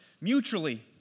mutually